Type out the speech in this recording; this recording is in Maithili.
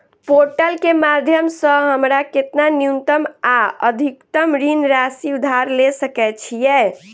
पोर्टल केँ माध्यम सऽ हमरा केतना न्यूनतम आ अधिकतम ऋण राशि उधार ले सकै छीयै?